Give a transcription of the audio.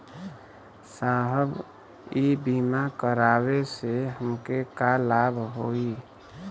साहब इ बीमा करावे से हमके का लाभ होई?